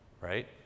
Right